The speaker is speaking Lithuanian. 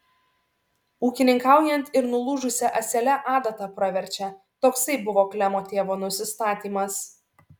ūkininkaujant ir nulūžusia ąsele adata praverčia toksai buvo klemo tėvo nusistatymas